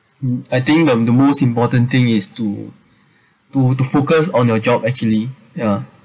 mm I think the the most important thing is to to to focus on your job actually yeah